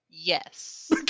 Yes